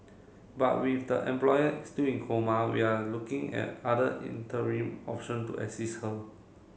but with the employer still in coma we are looking at other interim option to assist her